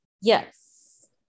Yes